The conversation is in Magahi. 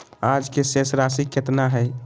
आज के शेष राशि केतना हइ?